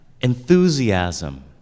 enthusiasm